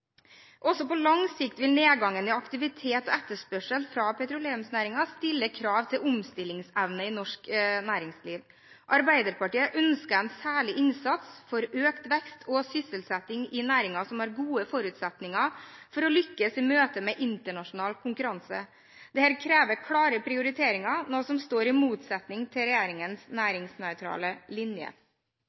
Også på lang sikt vil nedgangen i aktiviteten og etterspørselen fra petroleumsnæringen stille krav til omstillingsevne i norsk næringsliv. Arbeiderpartiet ønsker en særlig innsats for økt vekst og sysselsetting i næringer som har gode forutsetninger for å lykkes i møte med internasjonal konkurranse. Dette krever klare prioriteringer, noe som står i motsetning til regjeringens næringsnøytrale linje.